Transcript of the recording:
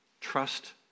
trust